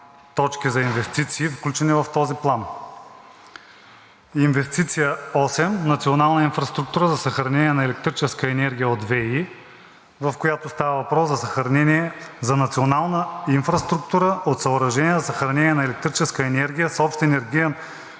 точки за инвестиции, включени в този план. Инвестиция 8: „Национална инфраструктура за съхранение на електрическа енергия от ВЕИ“, в която става въпрос за съхранение за национална инфраструктура от съоръжения за съхранение на електрическа енергия с общ енергиен